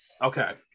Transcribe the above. okay